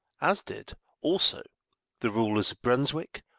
as did also the rulers of brunswick,